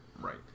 Right